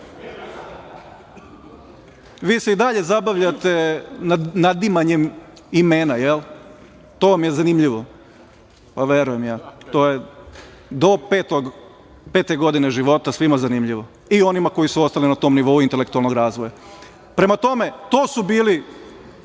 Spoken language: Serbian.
se i dalje zabavljate nadimanjem imena, jel? To vam je zanimljivo? Ma verujem ja, to je do pete godine života svima zanimljivo i onima koji su ostali na tom nivou intelektualnog razvoja. Prema tome, to su bili